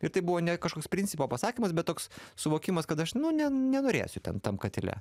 ir tai buvo ne kažkoks principo pasakymas bet toks suvokimas kad aš ne nenorėsiu ten tam katile